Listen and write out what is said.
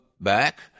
back